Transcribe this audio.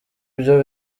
byo